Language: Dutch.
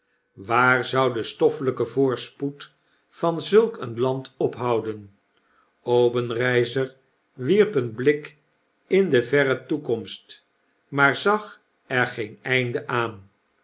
waar zou de stoffelpe voorspoed van zulk een land ophouden obenreizer wierp eenblik in de verre toekomst maar zag er geen einde aan